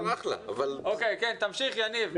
תמשיך, יניב.